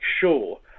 sure